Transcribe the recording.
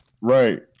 right